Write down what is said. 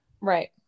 Right